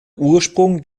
ursprung